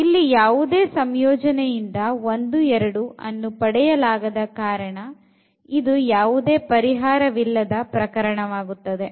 ಇಲ್ಲಿ ಯಾವುದೇ ಸಂಯೋಜನೆಯಿಂದ 1 2 ಅನ್ನು ಪಡೆಯಲಾಗದ ಕಾರಣ ಇದು ಯಾವುದೇ ಪರಿಹಾರವಿಲ್ಲದ ಪ್ರಕರಣವಾಗುತ್ತದೆ